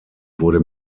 wurde